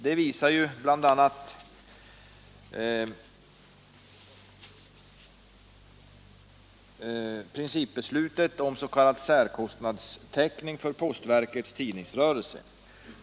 Det visar bl.a. principbeslutet om s.k. särkostnadstäckning för postverkets tidningsrörelse.